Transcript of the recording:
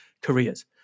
careers